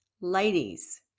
ladies